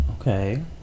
Okay